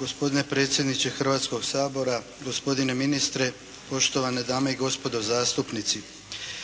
gospodine predsjedniče Hrvatskog sabora, gospodine ministre, poštovane dame i gospodo zastupnici.